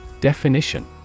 Definition